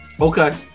Okay